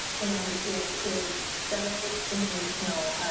and it is so informational.